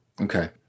Okay